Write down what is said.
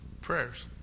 Prayers